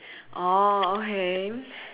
oh okay